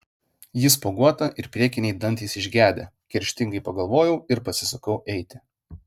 ji spuoguota ir priekiniai dantys išgedę kerštingai pagalvojau ir pasisukau eiti